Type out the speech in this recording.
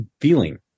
feeling